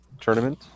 tournament